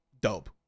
dope